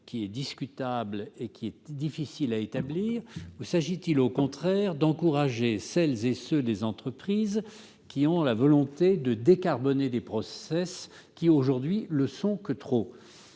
qui est discutable et difficile à établir, ou s'agit-il, au contraire, d'encourager les entreprises qui ont la volonté de décarboner des process, qui, aujourd'hui, ne le sont pas